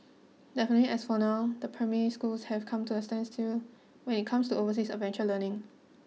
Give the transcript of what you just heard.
definitely as of now the primary schools have come to a standstill when it comes to overseas adventure learning